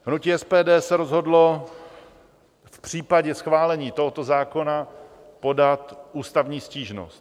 Hnutí SPD se rozhodlo v případě schválení tohoto zákona podat ústavní stížnost.